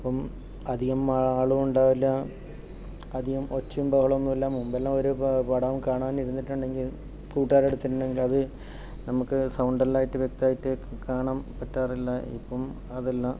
ഇപ്പം അധികം ആളും ഉണ്ടാകില്ല അധികം ഒച്ചയും ബഹളവും ഒന്നുമില്ല മുൻപെല്ലാം ഒരു പടം കാണാനിരുന്നിട്ടുണ്ടെങ്കിൽ കൂട്ടുകാർ അടുത്തുണ്ടെങ്കിൽ അത് നമുക്ക് സൗണ്ടെല്ലാം ആയിട്ട് വ്യക്തമായിട്ട് കാണാൻ പറ്റാറില്ല ഇപ്പം അതല്ല